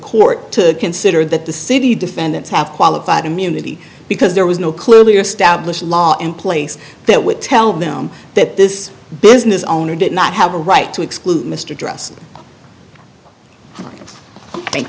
court to consider that the city defendants have qualified immunity because there was no clearly established law in place that would tell them that this business owner did not have a right to exclude mr dress thank